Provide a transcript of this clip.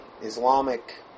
Islamic